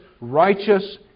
righteous